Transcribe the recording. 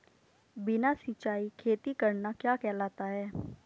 बिना सिंचाई खेती करना क्या कहलाता है?